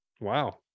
wow